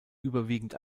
überwiegend